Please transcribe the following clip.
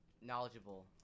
knowledgeable